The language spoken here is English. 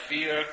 Fear